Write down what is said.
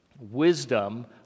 Wisdom